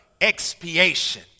expiation